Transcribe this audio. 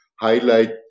highlight